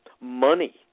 money